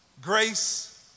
Grace